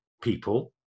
people